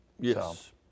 Yes